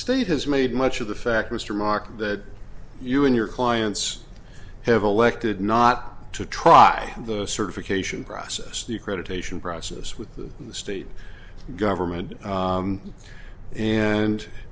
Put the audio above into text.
state has made much of the fact mr markey that you and your clients have elected not to try the certification process the accreditation process with the state government